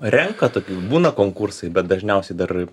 renka tokių būna konkursai bet dažniausiai dar